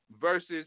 versus